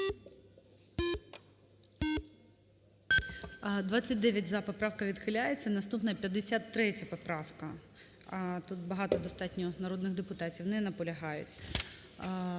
За-29 Поправка відхиляється. Наступна 53 поправка. Тут багато достатньо народних депутатів не наполягають.